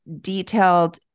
detailed